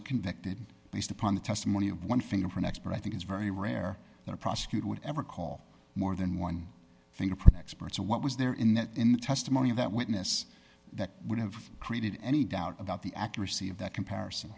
are convicted based upon the testimony of one fingerprint expert i think it's very rare that a prosecutor would ever call more than one fingerprint expert so what was there in that in the testimony of that witness that would have created any doubt about the accuracy of that comparison